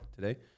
today